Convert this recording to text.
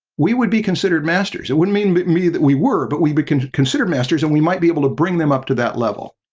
we would be considered masters. it wouldn't mean but mean that we were, but we became considered masters and we might be able to bring them up to that level.